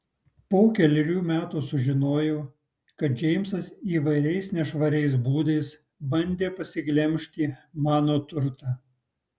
po kelerių metų sužinojau kad džeimsas įvairiais nešvariais būdais bandė pasiglemžti mano turtą